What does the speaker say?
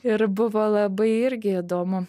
ir buvo labai irgi įdomu